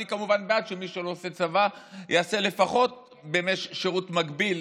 אני כמובן בעד שמי שלא עושה צבא יעשה לפחות שירות מקביל